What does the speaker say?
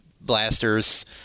blasters